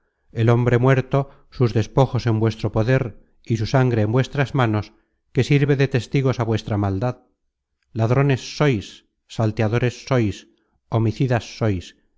el hombre muerto sus despojos en vuestro poder y su sangre en vuestras manos que sirve de testigos á vuestra maldad ladrones sois salteadores sois homicidas sois